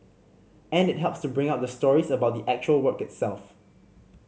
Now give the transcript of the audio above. and it helps to bring out the stories about the actual work itself